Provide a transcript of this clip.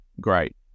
Great